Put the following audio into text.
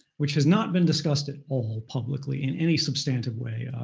which has not been discussed at all publicly in any substantive way,